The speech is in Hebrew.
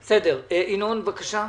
ינון, בבקשה.